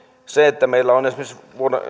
meillä on esimerkiksi